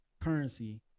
Currency